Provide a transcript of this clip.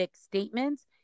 statements